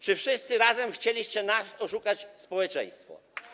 Czy wszyscy razem chcieliście oszukać nas, społeczeństwo?